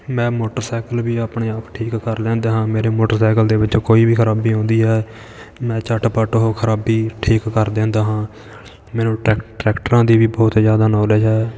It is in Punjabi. ਮੈਂ ਮੋਟਰਸਾਈਕਲ ਵੀ ਆਪਣੇ ਆਪ ਠੀਕ ਕਰ ਲੈਂਦਾ ਹਾਂ ਮੇਰੇ ਮੋਟਰਸਾਈਕਲ ਦੇ ਵਿੱਚ ਕੋਈ ਵੀ ਖ਼ਰਾਬੀ ਹੁੰਦੀ ਹੈ ਮੈਂ ਝੱਟਪੱਟ ਉਹ ਖ਼ਰਾਬੀ ਠੀਕ ਕਰ ਦਿੰਦਾ ਹਾਂ ਮੈਨੂੰ ਟਰੈੱਕ ਟਰੈਕਟਰਾਂ ਦੀ ਵੀ ਬਹੁਤ ਜ਼ਿਆਦਾ ਨੌਲੇਜ ਹੈ